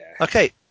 Okay